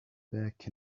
back